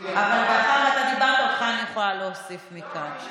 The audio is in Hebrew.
אבל מאחר שאתה דיברת, אותך אני יכולה להוסיף מכאן.